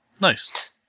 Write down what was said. Nice